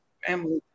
family